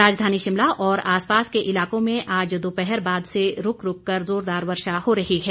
राजधानी शिमला और आसपास के इलाकों में आज दोपहर बाद से रूक रूक कर जोरदार वर्षा हो रही है